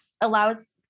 allows